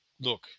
Look